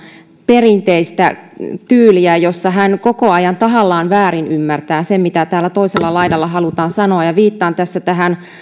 perinteistä tyyliä jossa hän koko ajan tahallaan väärinymmärtää sen mitä täällä toisella laidalla halutaan sanoa ja viittaan tässä tähän